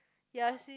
ya I see